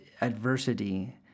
adversity